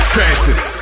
Crisis